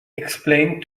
explained